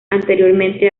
anteriormente